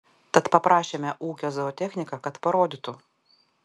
tad paprašėme ūkio zootechniką kad parodytų